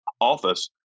office